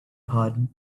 pardon